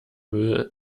müll